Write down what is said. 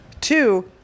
two